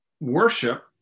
worship